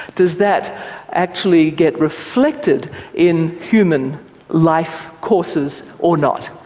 does that actually get reflected in human life courses or not?